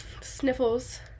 sniffles